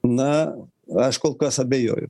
na aš kol kas abejoju